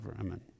Amen